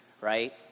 right